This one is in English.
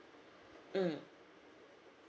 mm